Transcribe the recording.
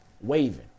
waving